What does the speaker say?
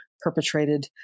perpetrated